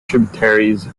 tributaries